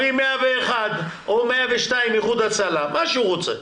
מחייג 101 או 102 איחוד הצלה, מה שהוא רוצה.